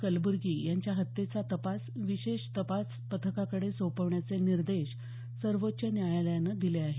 कलब्र्गी यांच्या हत्येचा तपास विशेष तपास पथकाकडे सोपवण्याचे निर्देश सर्वोच्च न्यायालयानं दिले आहेत